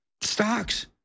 Stocks